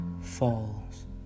falls